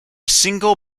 single